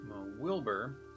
Wilbur